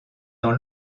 dans